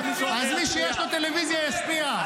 אז מי שיש לו טלוויזיה ישפיע.